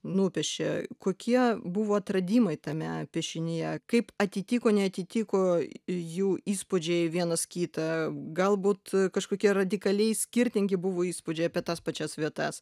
nupiešė kokie buvo atradimai tame piešinyje kaip atitiko neatitiko jų įspūdžiai vienas kitą galbūt kažkokie radikaliai skirtingi buvo įspūdžiai apie tas pačias vietas